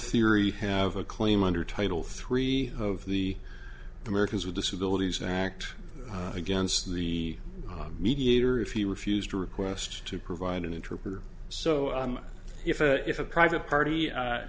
theory have a claim under title three of the americans with disabilities act against the mediator if he refused a request to provide an interpreter so if if a private party